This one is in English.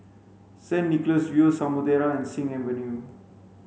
Saint Nicholas View Samudera and Sing Avenue